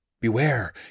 Beware